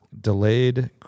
delayed